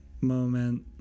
Moment